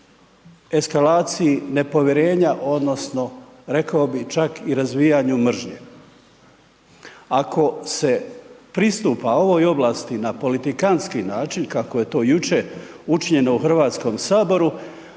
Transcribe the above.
eskalaciji nepovjerenja odnosno, rekao bi čak i razvijanju mržnje. Ako se pristupa ovoj oblasti na politikantski način, kako je to juče učinjeno u HS, onda